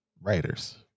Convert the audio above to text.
writers